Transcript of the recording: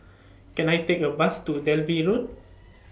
Can I Take A Bus to Dalvey Road